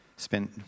spent